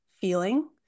feeling